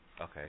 Okay